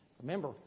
Remember